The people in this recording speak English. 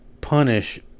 punish